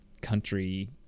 country